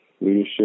leadership